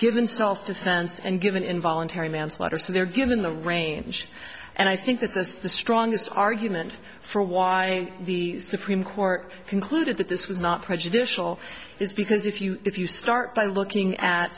given self defense and given involuntary manslaughter so they're given a range and i think that this is the strongest argument for why the supreme court concluded that this was not prejudicial is because if you if you start by looking at